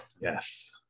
Yes